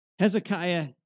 Hezekiah